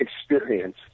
experience